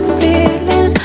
feelings